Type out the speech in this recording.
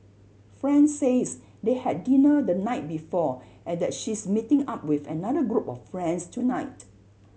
friend says they had dinner the night before and that she's meeting up with another group of friends tonight